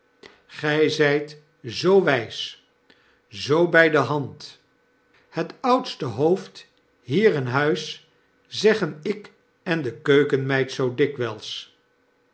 gij zgt zoo wgs zoo bij de hand het oudste hoofd hier in huis zeggen ik en de keukenmeid zoo dikwgls